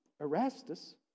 Erastus